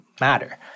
matter